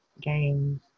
Games